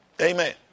Amen